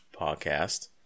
Podcast